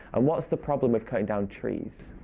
and what's the problem with cutting down trees?